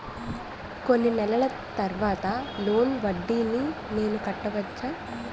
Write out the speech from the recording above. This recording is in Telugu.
కొన్ని నెలల తర్వాత లోన్ వడ్డీని నేను కట్టవచ్చా?